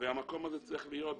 והמקום הזה צריך להיות.